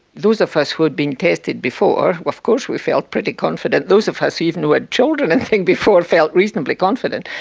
those of us who had been tested before, of course we felt pretty confident, those of us even who had children i and think before felt reasonably confident.